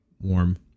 warm